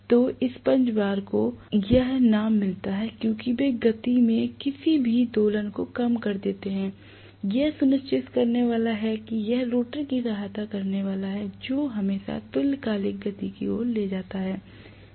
तो sponge bar को वह नाम मिलता है क्योंकि वे गति में किसी भी दोलन को कम कर देते हैं यह सुनिश्चित करने वाला है कि यह रोटर की सहायता करने वाला है जो हमेशा तुल्यकालिक गति की ओर ले जाता है